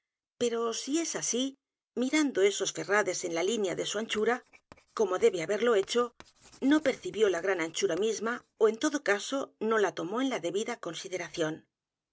pero si es así mirando esos ferrades en la línea de su anchura como debe haberlo hecho no percibió la g r a n anchura misma ó en todo caso no la tomó en la debida consideración